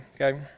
Okay